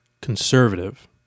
conservative